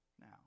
now